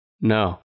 No